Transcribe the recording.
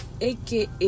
aka